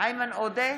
איימן עודה,